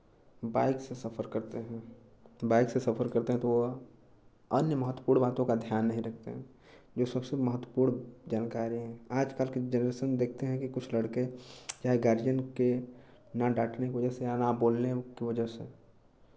bike से सफ़र करते हैं बाइक से सफ़र करते हैं तो वह अन्य महत्वपूर्ण बातों का ध्यान नहीं रखते हैं जो सबसे महत्वपूर्ण जानकारी आज कल के जेनरेशन देखते हैं कि कुछ लड़के चाहे गार्जियन के ना डाँटने की वजह से या न बोलने के वजह से